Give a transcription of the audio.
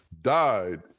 died